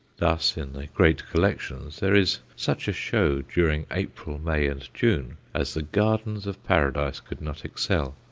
thus in the great collections there is such a show during april, may, and june as the gardens of paradise could not excel,